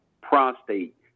prostate